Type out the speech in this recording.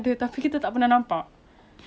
tak semestinya kalau kita tak nampak dia takde